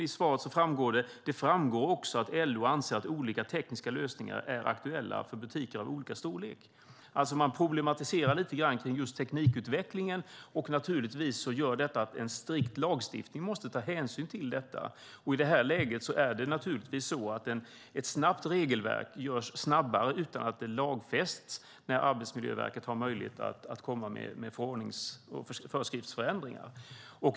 I svaret står: Det framgår också att LO anser att olika tekniska lösningar är aktuella för butiker av olika storlek. Man problematiserar lite grann kring teknikutvecklingen. Det gör att en strikt lagstiftning måste ta hänsyn till detta. I detta läge är det så att ett regelverk införs snabbare utan att det lagfästs när Arbetsmiljöverket har möjlighet att komma med föreskriftsförändringar.